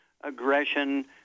aggression